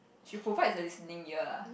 she provide the listening year lah